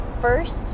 first